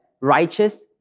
righteous